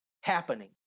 happening